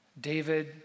David